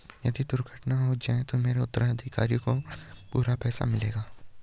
यदि दुर्घटना हो जाये तो मेरे उत्तराधिकारी को पूरा पैसा मिल जाएगा?